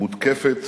מותקפת